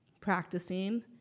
practicing